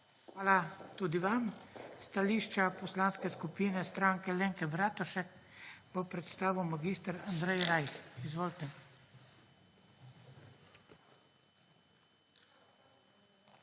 Hvala tudi vam. Stališče Poslanske skupine Stranke Alenke Bratušek bo predstavil mag. Andrej Rajh. Izvolite.